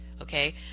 okay